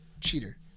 cheater